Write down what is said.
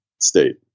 state